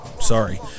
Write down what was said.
sorry